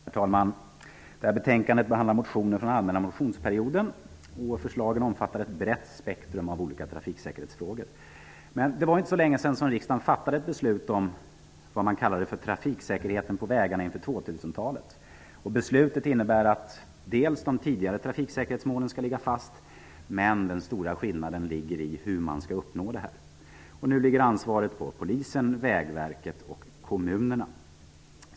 Herr talman! I det här betänkandet behandlas motioner från den allmänna motionstiden. Förslagen omfattar ett brett spektrum av olika trafiksäkerhetsfrågor. Men det var inte så längesedan som riksdagen fattade ett beslut om trafiksäkerheten på vägarna inför 2000-talet. Beslutet innebär att de tidigare trafiksäkerhetsmålen skall ligga fast, men den stora skillnaden ligger i hur dessa skall uppnås. Nu ligger ansvaret på Polisen, Vägverket och kommunerna.